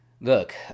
Look